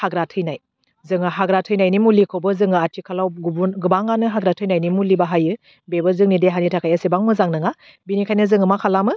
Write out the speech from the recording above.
हाग्रा थैनाय जोङो हाग्रा थैनायनि मुलिखौबो जों आथिखालाव गुबुन गोबांआनो हाग्रा थैनायनि मुलि बाहायो बेबो जोंनि देहानि थाखाय एसेबां मोजां नोङा बिनिखायनो जोङो मा खालामो